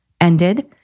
ended